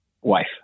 wife